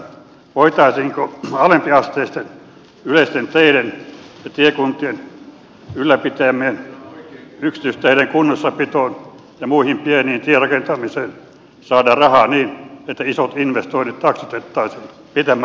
voitaisiinko alempiasteisten yleisten teiden ja tiekuntien ylläpitämien yksityisteiden kunnossapitoon ja muuhun pieneen tierakentamiseen saada rahaa niin että isot investoinnit jaksotettaisiin pidemmälle aikavälille